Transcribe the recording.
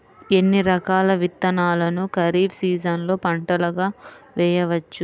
ఎన్ని రకాల విత్తనాలను ఖరీఫ్ సీజన్లో పంటగా వేయచ్చు?